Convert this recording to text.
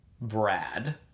Brad